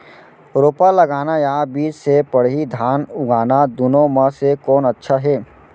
रोपा लगाना या बीज से पड़ही धान उगाना दुनो म से कोन अच्छा हे?